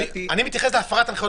אני מתייחס אותו דבר להפרת הנחיות.